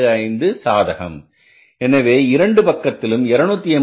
25 சாதகம் எனவே இரண்டு பக்கத்திலும் 286